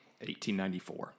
1894